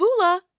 Vula